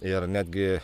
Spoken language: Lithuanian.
ir netgi